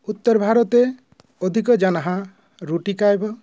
उत्तरभारते अधिकजनाः रोटिका एव